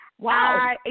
Wow